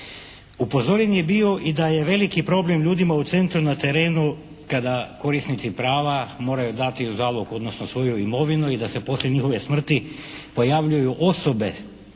Upozoren je bio i da je veliki problem ljudima u centru na terenu kada korisnici prava moraju dati u zalog, odnosno svoju imovinu i da se poslije njihove smrti pojavljuju osobe